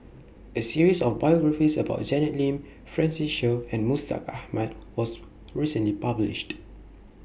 A series of biographies about Janet Lim Francis Seow and Mustaq Ahmad was recently published